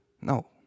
No